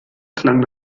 klang